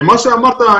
למה שאמרת,